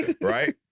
right